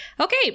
Okay